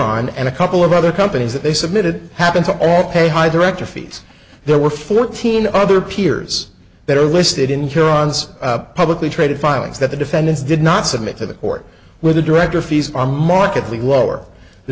on and a couple of other companies that they submitted happen to all pay high director fees there were fourteen other peers that are listed in here ons publicly traded filings that the defendants did not submit to the court where the director fees are markedly lower the